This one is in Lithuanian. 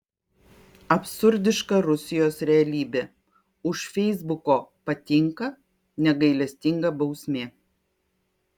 absurdiška rusijos realybė už feisbuko patinka negailestinga bausmė